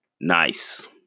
Nice